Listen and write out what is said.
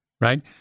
right